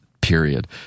period